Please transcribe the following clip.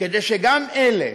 כדי שגם אלה,